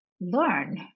learn